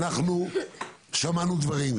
אנחנו שמענו דברים,